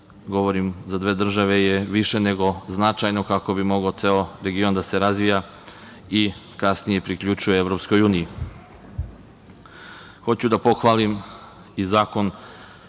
govorim za dve države, je više nego značajan kako bi mogao ceo region da se razvija i kasnije priključuje EU.Hoću da pohvalim i